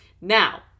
Now